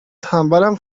تنبلم